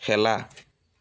খেলা